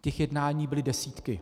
Těch jednání byly desítky.